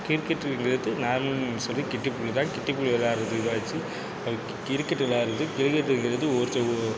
கிரிக்கெட்டுங்கிறது நார்மலுன்னு சொல்லி கிட்டிபுள் தான் கிட்டிபுள் விளாடுறதுக்காச்சி அதுக்கு கிரிக்கெட்டு விளையாடுறது கிரிக்கெட்டுங்கிறது ஒருத்தங்க